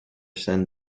send